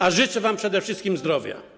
A życzę wam przede wszystkim zdrowia.